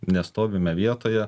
nestovime vietoje